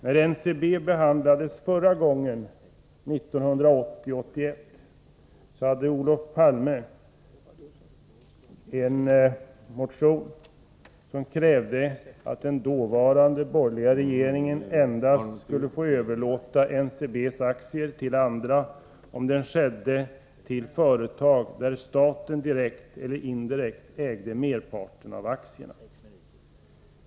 När frågan om NCB behandlades förra gången, under riksmötet 1980/81, krävde Olof Palme i en motion att den dåvarande borgerliga regeringen skulle få överlåta NCB:s aktier till andra endast om detta skedde till företag där staten direkt eller indirekt ägde merparten av aktierna.